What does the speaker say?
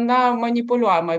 na manipuliuojama